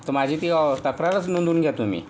तर माझी ती ऑ तक्रारच नोंदवून घ्या तुम्ही